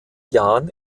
jahren